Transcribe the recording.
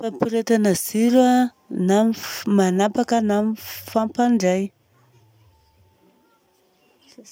Fampiretana jiro a: na mifanapaka na mifampandray.